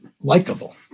likable